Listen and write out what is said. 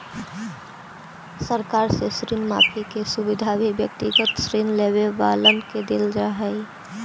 सरकार से ऋण माफी के सुविधा भी व्यक्तिगत ऋण लेवे वालन के देल जा हई